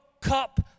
Cup